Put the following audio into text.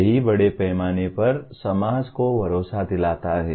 यही बड़े पैमाने पर समाज को भरोसा दिलाता है